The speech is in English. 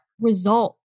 result